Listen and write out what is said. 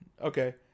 Okay